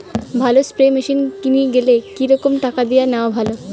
ভালো spray machine কিনির গেলে কি রকম টাকা দিয়া নেওয়া ভালো?